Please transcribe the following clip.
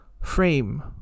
frame